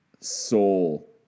soul